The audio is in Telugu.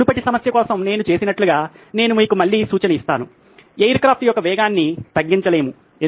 మునుపటి సమస్య కోసం నేను చేసినట్లుగా నేను మీకు మళ్ళీ సూచన ఇస్తాను ఎయిర్ క్రాఫ్ట్ యొక్క వేగాన్ని తగ్గించలేము ఎందుకు